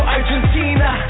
Argentina